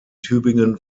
tübingen